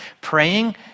praying